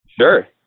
Sure